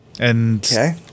Okay